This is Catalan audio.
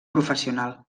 professional